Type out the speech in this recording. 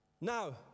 Now